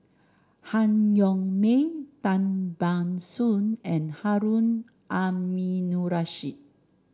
Han Yong May Tan Ban Soon and Harun Aminurrashid